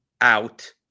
out